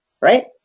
right